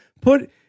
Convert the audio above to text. Put